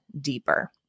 deeper